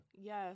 Yes